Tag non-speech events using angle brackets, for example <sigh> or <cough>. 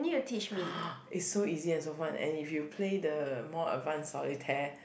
<breath> it's so easy and so fun and if you play the more advanced Solitaire